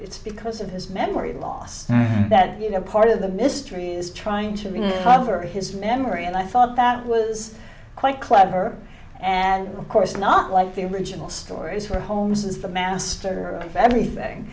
it's because of his memory loss that you know part of the mystery is trying to cover his memory and i thought that was quite clever and of course not like the original stories for holmes is the master of